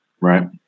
right